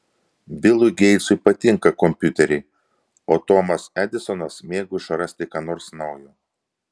bilui geitsui patinka kompiuteriai o tomas edisonas mėgo išrasti ką nors naujo